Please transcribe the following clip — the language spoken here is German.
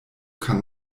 kann